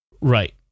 right